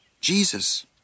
Jesus